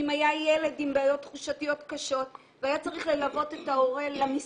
אם היה ילד עם בעיות תחושתיות קשות והיה צריך ללוות את ההורה למספרה,